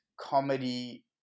comedy